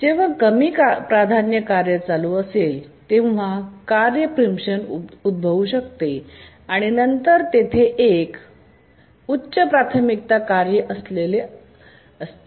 जेव्हा कमी प्राधान्य कार्य चालू असेल तेव्हा कार्य प्रीमपशन उद्भवू शकते आणि नंतर तेथे एक उच्च प्राथमिकता कार्य आलेले असते